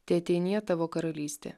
teateinie tavo karalystė